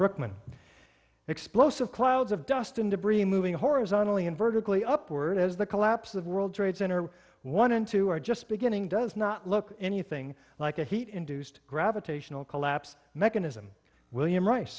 brookman explosive clouds of dust and debris moving horizontally and vertically upward as the collapse of world trade center one and two are just beginning does not look anything like a heat induced gravitational collapse mechanism william r